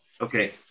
Okay